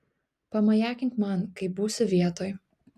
pamajakink man kai būsi vietoj